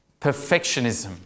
perfectionism